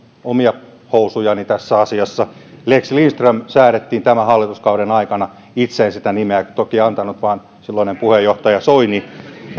omia housujani tässä asiassa mutta lex lindström säädettiin tämän hallituskauden aikana itse en sitä nimeä toki antanut vaan silloinen puheenjohtaja soini